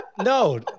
No